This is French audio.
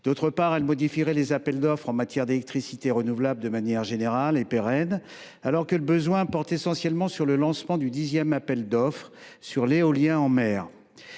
D’autre part, il modifierait les appels d’offres en matière d’électricité renouvelable de manière générale et pérenne, alors que le besoin porte essentiellement sur le lancement du dixième appel d’offres sur l’éolien en mer.